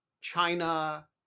China